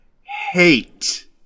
Hate